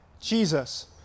Jesus